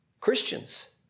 Christians